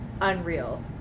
unreal